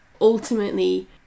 ultimately